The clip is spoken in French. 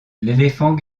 l’éléphant